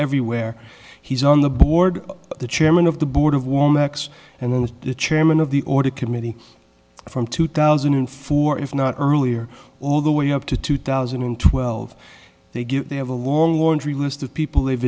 everywhere he's on the board the chairman of the board of war max and the chairman of the audit committee from two thousand and four if not earlier all the way up to two thousand and twelve they get they have a long laundry list of people they've